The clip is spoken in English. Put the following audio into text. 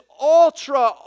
ultra